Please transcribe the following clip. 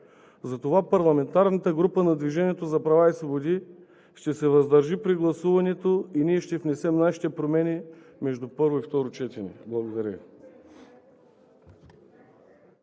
Затова парламентарната група на „Движението за права и свободи“ ще се въздържи при гласуването и ние ще внесем нашите промени между първо и второ четене. Благодаря